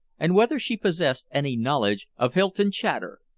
and whether she possessed any knowledge of hylton chater.